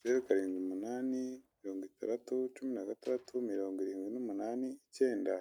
zeru, Karindwi, Umunani, Mirongo itandatu, Cumi na gatandatu, Mirongo irindwi n'umunani, Icyenda.